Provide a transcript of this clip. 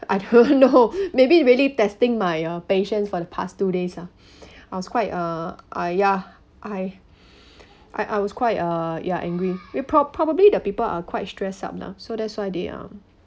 I don't know maybe it really testing my uh patience for the past two days ah I was quite ah ya I I I was quite uh ya angry we prob~ probably the people are quite stress up lah so that's why they are